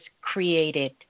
created